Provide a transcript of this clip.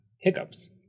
hiccups